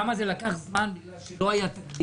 שם זה לקח זמן רב בגלל שלא היה תקדים.